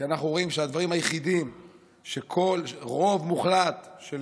כי אנחנו רואים שהדברים היחידים שרוב מוחלט של